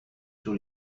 sur